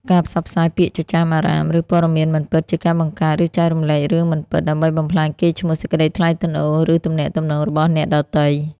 ការផ្សព្វផ្សាយពាក្យចចាមអារ៉ាម ឬព័ត៌មានមិនពិតជា ការបង្កើត ឬចែករំលែករឿងមិនពិតដើម្បីបំផ្លាញកេរ្តិ៍ឈ្មោះ សេចក្តីថ្លៃថ្នូរ ឬទំនាក់ទំនងរបស់អ្នកដទៃ។